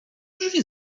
drzwi